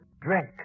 drink